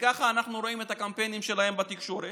וככה אנחנו רואים את הקמפיינים שלהם בתקשורת,